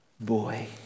Boy